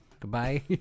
goodbye